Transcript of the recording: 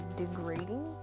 degrading